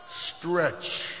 stretch